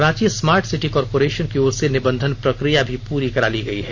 Ranchi smart city corporation की ओर से निबंधन प्रक्रिया भी पूरी करा ली गयी है